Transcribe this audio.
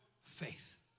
faith